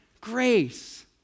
grace